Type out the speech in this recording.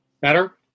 Better